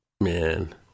Man